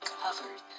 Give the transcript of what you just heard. covered